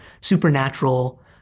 supernatural